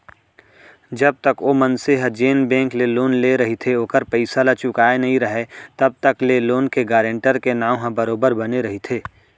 जब तक ओ मनसे ह जेन बेंक ले लोन लेय रहिथे ओखर पइसा ल चुकाय नइ राहय तब तक ले लोन के गारेंटर के नांव ह बरोबर बने रहिथे